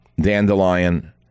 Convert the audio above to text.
dandelion